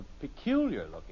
peculiar-looking